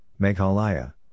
Meghalaya